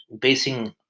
basing